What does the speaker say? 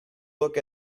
look